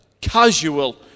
casual